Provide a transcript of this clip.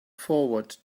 forward